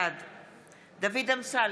בעד דוד אמסלם,